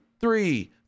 three